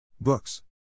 Books